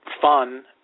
fun